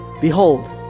Behold